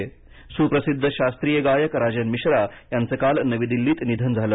मिश्रा निधन सुप्रसिद्ध शास्त्रीय गायक राजन मिश्रा याचं काल नवी दिल्लीत निधन झालं